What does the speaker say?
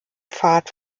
pfad